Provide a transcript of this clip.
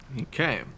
Okay